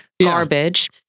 garbage